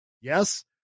Yes